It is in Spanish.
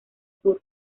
sur